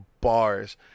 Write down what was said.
bars